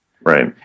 Right